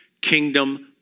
kingdom